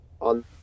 on